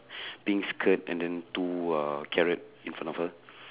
pink skirt and then two uh carrot in front of her